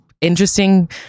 interesting